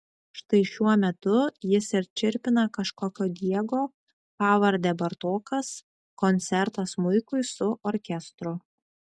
štai šiuo metu jis ir čirpina kažkokio diego pavarde bartokas koncertą smuikui su orkestru